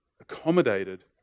accommodated